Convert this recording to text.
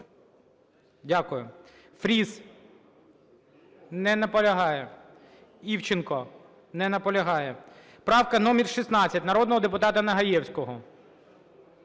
Дякую. Фріс. Не наполягає. Івченко? Не наполягає. Правка номер 16 народного депутата Нагаєвського.